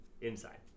inside